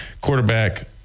quarterback